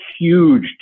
huge